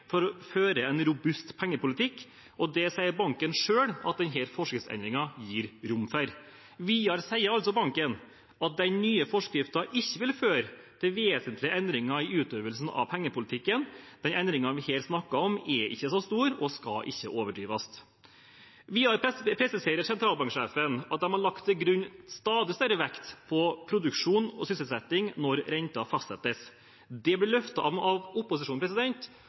for å føre en robust pengepolitikk, og det sier banken selv at denne forskriftsendringen gir rom for. Videre sier altså banken at den nye forskriften ikke vil føre til vesentlige endringer i utøvelsen av pengepolitikken. Den endringen vi her snakker om, er ikke så stor og skal ikke overdrives. Videre presiserer sentralbanksjefen at de har lagt til grunn stadig større vekt på produksjon og sysselsetting når renten fastsettes. Det blir løftet fram av opposisjonen